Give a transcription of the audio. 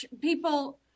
people